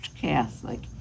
Catholic